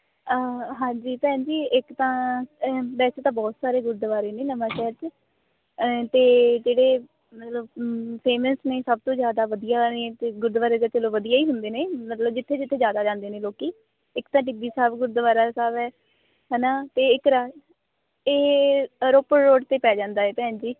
ਹਾਂਜੀ ਭੈਣ ਜੀ ਇੱਕ ਤਾਂ ਵੈਸੇ ਤਾਂ ਬਹੁਤ ਸਾਰੇ ਗੁਰਦੁਆਰੇ ਨੇ ਨਵਾ ਸ਼ਹਿਰ 'ਚ ਅਤੇ ਜਿਹੜੇ ਮਤਲਬ ਫ਼ੇਮਸ ਨੇ ਸਭ ਤੋਂ ਜ਼ਿਆਦਾ ਵਧੀਆ ਨੇ ਅਤੇ ਗੁਰਦੁਆਰੇ ਤਾਂ ਚਲੋ ਵਧੀਆ ਹੀ ਹੁੰਦੇ ਨੇ ਮਤਲਬ ਜਿੱਥੇ ਜਿੱਥੇ ਜ਼ਿਆਦਾ ਜਾਂਦੇ ਨੇ ਲੋਕੀ ਇੱਕ ਤਾਂ ਟਿੱਬੀ ਸਾਹਿਬ ਗੁਰਦੁਆਰਾ ਸਾਹਿਬ ਹੈ ਨਾਂ ਅਤੇ ਇੱਕ ਰਾਹ ਇਹ ਰੋਪੜ ਰੋਡ 'ਤੇ ਪੈ ਜਾਂਦੇ ਹੈ ਭੈਣ ਜੀ